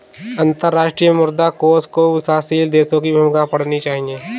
अंतर्राष्ट्रीय मुद्रा कोष में विकासशील देशों की भूमिका पढ़नी चाहिए